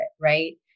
right